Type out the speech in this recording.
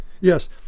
Yes